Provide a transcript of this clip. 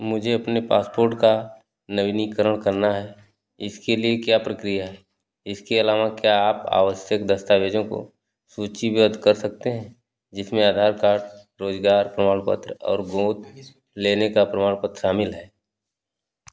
मुझे अपने पासपोर्ट का नवीनीकरण करना है इसके लिए क्या प्रक्रिया है इसके अलावा क्या आप आवश्यक दस्तावेज़ों को सूचीबद्ध कर सकते हैं जिसमें आधार कार्ड रोजगार प्रमाणपत्र और गोद लेने का प्रमाणपत्र शामिल है